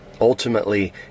Ultimately